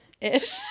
Ish